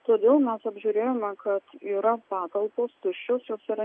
todėl mes apžiūrėjome kad yra patalpos tuščios jos yra